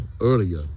earlier